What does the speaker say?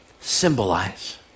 symbolize